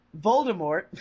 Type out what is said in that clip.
Voldemort